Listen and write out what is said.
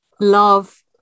love